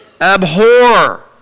Abhor